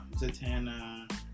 Zatanna